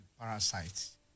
parasites